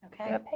Okay